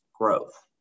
growth